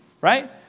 right